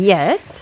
Yes